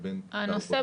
לבין הנושא הזה.